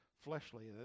fleshly